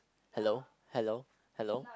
hello hello hello